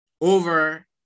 over